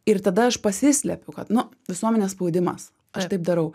ir tada aš pasislepiu kad nu visuomenės spaudimas aš taip darau